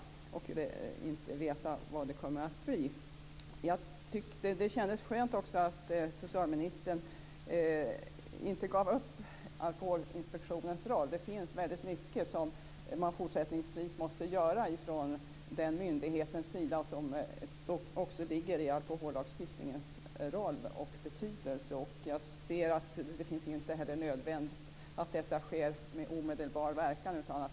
Man kan inte veta hur det kommer att bli. Det kändes också skönt att socialministern inte gav upp Alkoholinspektionens roll. Det finns väldigt mycket som man fortsättningsvis måste göra från den myndighetens sida och som också har att göra med alkohollagstiftningens roll och betydelse. Jag ser också att det inte är nödvändigt att detta sker med omedelbar verkan.